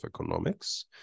Economics